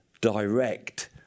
direct